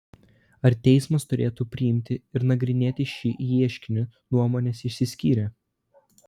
ar teismas turėtų priimti ir nagrinėti šį ieškinį nuomonės išsiskyrė